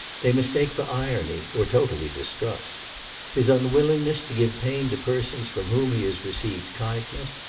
they mistake for irony, or totally distrust his unwillingness to give pain to persons from whom he has received kindness,